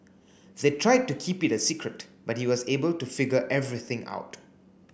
they tried to keep it a secret but he was able to figure everything out